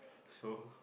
so